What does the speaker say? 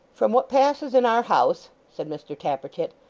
from what passes in our house said mr tappertit,